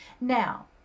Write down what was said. Now